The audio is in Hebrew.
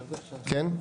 כן?